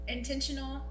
Intentional